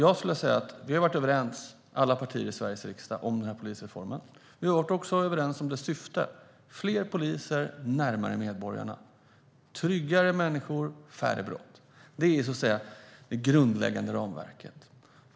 Alla partier i Sveriges riksdag har varit överens om polisreformen. Vi har också varit överens om syftet, det vill säga fler poliser närmare medborgarna. Tryggare människor ger färre brott. Det är det grundläggande ramverket.